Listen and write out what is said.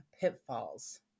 pitfalls